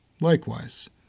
likewise